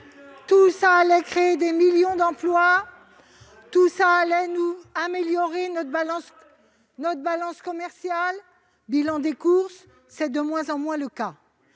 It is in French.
tout cela allait créer des millions d'emplois et améliorer notre balance commerciale. Bilan des courses : c'est de moins en moins le cas.